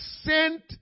sent